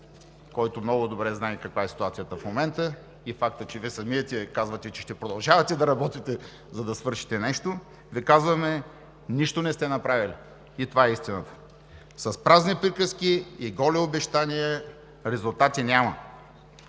който много добре знае каква е ситуацията в момента и фактът, че Вие самите казвате, че ще продължавате да работите, за да свършите нещо, Ви казваме: нищо не сте направили и това е истината! С празни приказки и голи обещания резултати няма.